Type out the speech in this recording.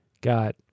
got